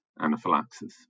anaphylaxis